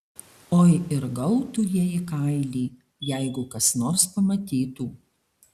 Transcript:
oi ir gautų jie į kailį jeigu kas nors pamatytų